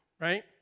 right